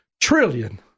trillion